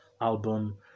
album